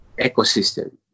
ecosystem